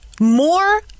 more